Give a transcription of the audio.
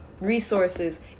resources